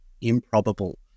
improbable